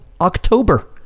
October